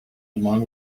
along